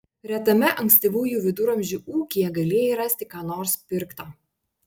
retame ankstyvųjų viduramžių ūkyje galėjai rasti ką nors pirkta